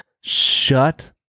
Shut